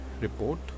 report